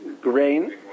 grain